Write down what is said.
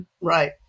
Right